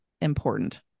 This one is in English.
important